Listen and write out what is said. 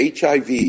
HIV